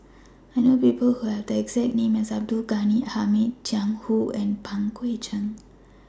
I know People Who Have The exact name as Abdul Ghani Hamid Jiang Hu and Pang Guek Cheng